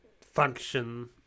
function